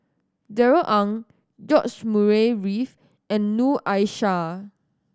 Darrell Ang George Murray Reith and Noor Aishah